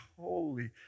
holy